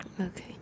Okay